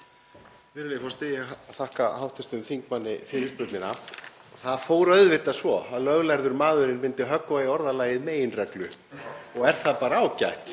Virðulegi forseti. Ég þakka hv. þingmanni fyrirspurnina. Það fór auðvitað svo að löglærður maðurinn myndi höggva í orðalagið „meginregla“ og er það bara ágætt.